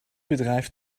bedrijf